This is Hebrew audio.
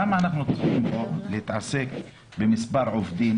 למה אנחנו צריכים פה להתעסק במספר עובדים